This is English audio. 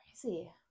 Crazy